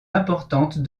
importantes